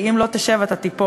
כי אם לא תשב אתה תיפול.